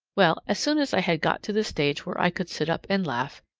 well, as soon as i had got to the stage where i could sit up and laugh,